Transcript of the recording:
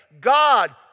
God